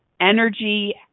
energy